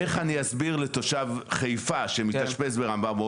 איך אני אסביר לתושב חיפה שמתאשפז ברמב"ם,